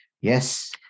Yes